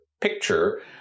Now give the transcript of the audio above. picture